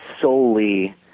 solely